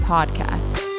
Podcast